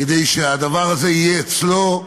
כדי שהדבר הזה יהיה אצלו.